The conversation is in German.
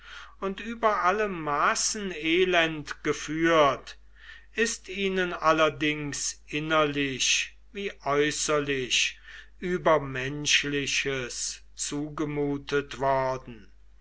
und über alle maßen elend geführt ist ihnen allerdings innerlich wie äußerlich übermenschliches zugemutet worden